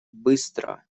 быстро